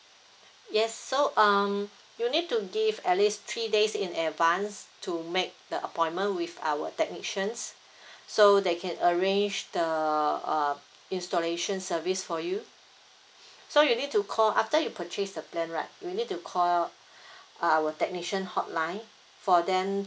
yes so um you need to give at least three days in advance to make the appointment with our technicians so they can arrange the uh installation service for you so you need to call after you purchase the plan right you need to call uh uh our technician hotline for them